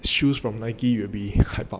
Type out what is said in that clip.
shoes from Nike will be hype up